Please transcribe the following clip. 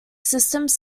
systems